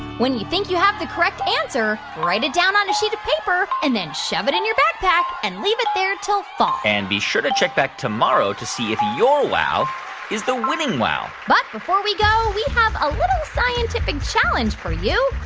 when you think you have the correct answer, write it down on a sheet of paper and then shove it in your backpack and leave it there till fall and be sure to check back tomorrow to see if your wow is the winning wow but before we go, we have a little scientific challenge for you.